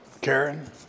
Karen